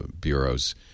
bureaus